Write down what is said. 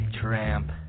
Tramp